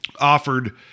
offered